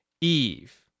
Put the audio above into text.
Eve